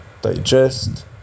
digest